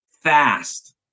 fast